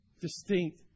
distinct